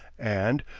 and,